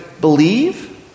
believe